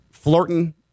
Flirting